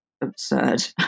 absurd